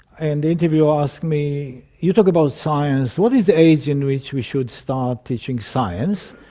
and the interviewer asked me, you talk about science, what is the age in which we should start teaching science?